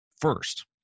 first